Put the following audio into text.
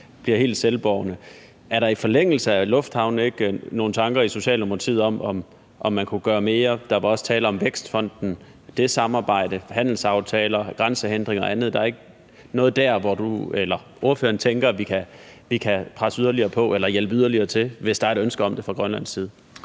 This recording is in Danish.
bliver helt selvbårne. Er der i forlængelse af lufthavnene ikke nogen tanker i Socialdemokratiet om, om man kunne gøre mere? Der var også tale om Vækstfonden, om det samarbejde, om handelsaftaler, grænsehindringer og andet. Er der ikke noget der, hvor ordføreren tænker, at vi kan presse yderligere på eller hjælpe yderligere til, hvis der er et ønske om det fra Grønlands side?